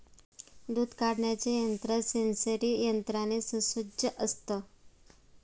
दूध काढण्याचे यंत्र सेंसरी यंत्राने सुसज्ज असतं